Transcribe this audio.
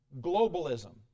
globalism